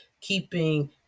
keeping